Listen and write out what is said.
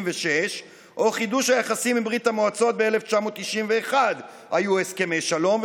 או חידוש היחסים עם ברית המועצות ב-1991 היו הסכמי שלום,